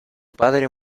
padre